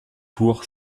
tour